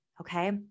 okay